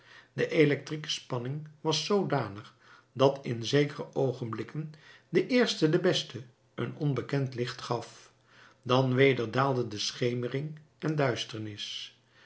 de electrieke spanning was zoodanig dat in zekere oogenblikken de eerste de beste een onbekend licht gaf dan weder daalde de schemering en duisternis